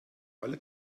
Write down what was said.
alle